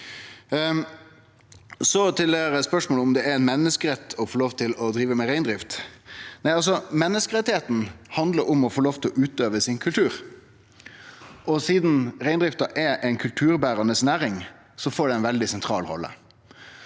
Så til spørsmålet om det er ein menneskerett å få lov til å drive med reindrift. Menneskeretten handlar om å få lov til å utøve kulturen sin. Sidan reindrifta er ei kulturberande næring, får ho ei veldig sentral rolle.